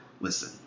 listen